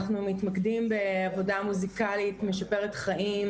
אנחנו מתמקדים בעבודה מוסיקלית משפרת חיים,